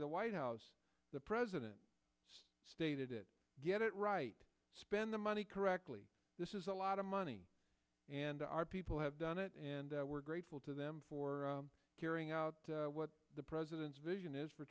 the white house the president did it get it right spend the money correctly this is a lot of money and our people have done it and we're grateful to them for carrying out what the president's vision is for